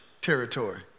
territory